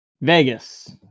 Vegas